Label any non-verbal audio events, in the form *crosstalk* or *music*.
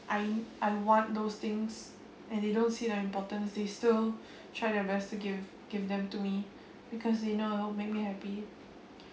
I I want those things and they don't see the importance they still *breath* try their best to give give them to me because they know it'll make me happy